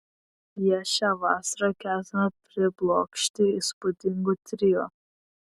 jie šią vasarą ketina priblokšti įspūdingu trio